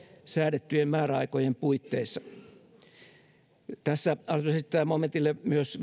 säädettyjen määräaikojen puitteissa hallitus esittää momentille myös